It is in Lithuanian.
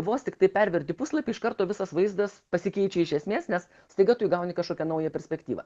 vos tiktai perverti puslapį iš karto visas vaizdas pasikeičia iš esmės nes staiga tu įgauni kažkokią naują perspektyvą